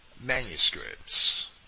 manuscripts